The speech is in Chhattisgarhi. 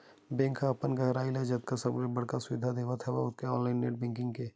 बेंक ह अपन गराहक ल जउन सबले बड़का सुबिधा देवत हे ओ हरय ऑनलाईन नेट बेंकिंग के